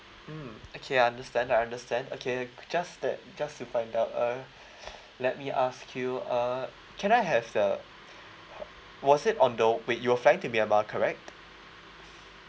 mm okay I understand I understand okay just that just to find out uh let me ask you uh can I have the was it on the wait you were flying to myanmar correct